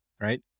right